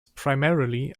primarily